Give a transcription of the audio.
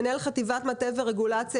מנהל חטיבת מטה ורגולציה,